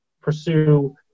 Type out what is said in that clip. pursue